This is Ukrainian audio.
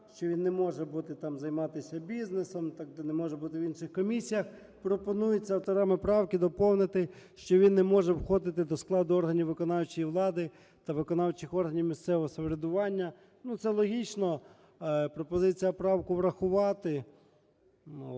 що він не може бути, там займатися бізнесом, не може бути в інших комісіях. Пропонується окремі правки доповнити, що він не може входити до складу органів виконавчої влади та виконавчих органів місцевого самоврядування. Це логічно. Пропозиція правку врахувати.